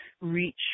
reach